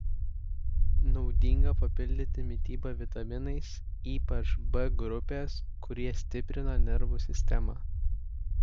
naudinga papildyti mitybą vitaminais ypač b grupės kurie stiprina nervų sistemą